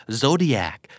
zodiac